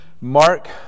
Mark